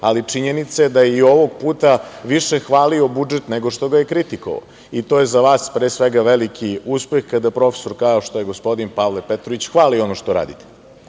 ali činjenica je da je i ovog puta više hvalio budžet nego što ga je kritikovao i to je za vas pre svega veliki uspeh kada profesor kao što je gospodin Pavle Petrović hvali ono što radite. Juče